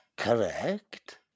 Correct